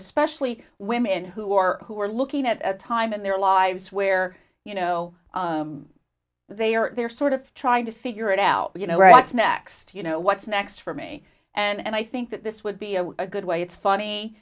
especially women who are who are looking at a time in their lives where you know they are they're sort of trying to figure it out you know what's next you know what's next for me and i think this would be a good way it's funny